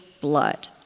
blood